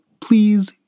please